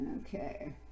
okay